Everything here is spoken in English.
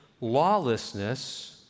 lawlessness